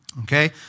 Okay